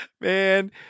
Man